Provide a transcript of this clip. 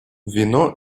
вино